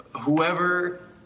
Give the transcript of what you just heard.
whoever